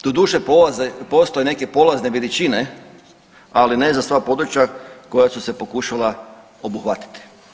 Doduše postoje neke polazne veličine, ali ne za sva područja koja su se pokušala obuhvatiti.